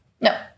No